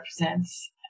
represents